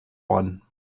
one